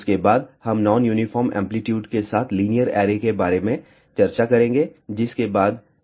उसके बाद हम नॉन यूनिफार्म एंप्लीट्यूड के साथ लीनियर ऐरे के बारे में चर्चा करेंगे जिसके बाद प्लेनार ऐरे होंगी